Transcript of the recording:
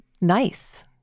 nice